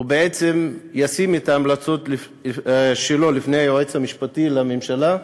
ובעצם ישים את ההמלצות שלו לפני היועץ המשפטי לממשלה,